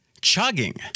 chugging